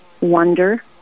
wonder